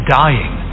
dying